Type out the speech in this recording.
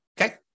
Okay